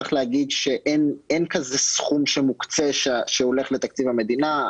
צריך להגיד שאין כזה סכום שמוקצה שהולך לתקציב המדינה.